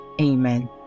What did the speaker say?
Amen